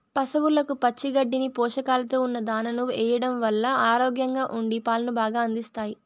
పసవులకు పచ్చి గడ్డిని, పోషకాలతో ఉన్న దానాను ఎయ్యడం వల్ల ఆరోగ్యంగా ఉండి పాలను బాగా అందిస్తాయి